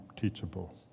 teachable